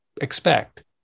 expect